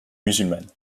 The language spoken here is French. musulmane